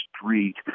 street